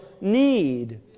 need